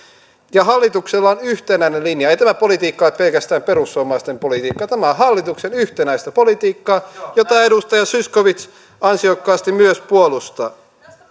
hallituksella on yhtenäinen linja ei tämä politiikka nyt pelkästään perussuomalaisten politikkaa ole tämä on hallituksen yhtenäistä politiikkaa jota edustaja zyskowicz ansiokkaasti myös puolustaa